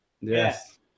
Yes